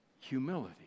humility